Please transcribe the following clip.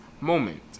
moment